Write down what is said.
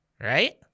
right